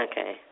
Okay